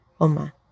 Oma